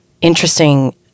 Interesting